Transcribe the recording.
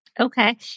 Okay